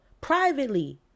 privately